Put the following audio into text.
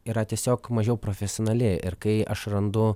yra tiesiog mažiau profesionali ir kai aš randu